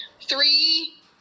three